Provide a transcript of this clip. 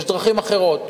יש דרכים אחרות.